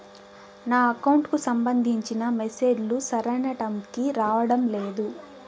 నా అకౌంట్ కు సంబంధించిన మెసేజ్ లు సరైన టైము కి రావడం లేదు